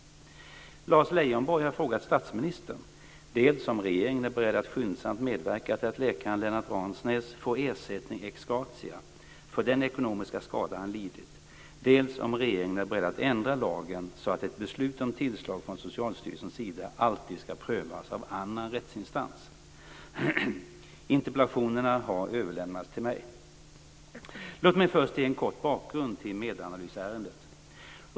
Lars Leijonborg har frågat statsministern dels om regeringen är beredd att skyndsamt medverka till att läkaren Lennart Ransnäs får ersättning ex gratia för den ekonomiska skada han lidit, dels om regeringen är beredd att ändra lagen så att ett beslut om tillslag från Socialstyrelsens sida alltid ska prövas av en annan rättsinstans. Interpellationerna har överlämnats till mig. Låt mig först ge en kort bakgrund till Medanalysärendet.